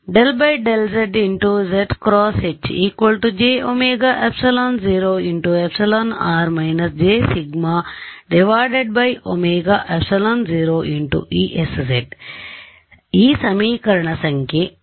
∂∂z zˆ × H jωε0 εr − jσωε0Esz ನಾನು ಈ ಸಮೀಕರಣ ಸಂಖ್ಯೆ 3 ಅನ್ನು ಪುನಃ ಬರೆಯುತ್ತಿದ್ದೇನೆ